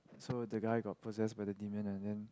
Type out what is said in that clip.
so the guy got possessed by the demon and then